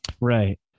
Right